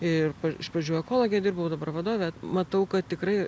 ir pa iš pradžių ekologe dirbau dabar vadove matau kad tikrai